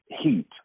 heat